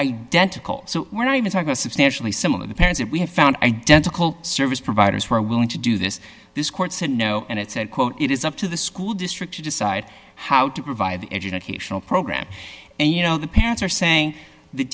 identical so we're not even talking to substantially similar the parents and we have found identical service providers were willing to do this this court said no and it said quote it is up to the school district to decide how to provide the educational program and you know the parents are saying th